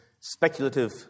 speculative